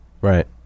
Right